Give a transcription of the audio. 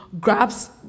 Grabs